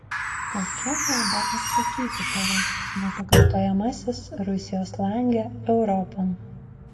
kokia kalba apsakyti tave nepakartojamasis rusijos lange europon